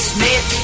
Smith